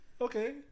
Okay